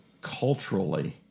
culturally